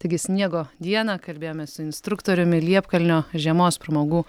taigi sniego dieną kalbėjomės su instruktoriumi liepkalnio žiemos pramogų